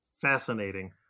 ...fascinating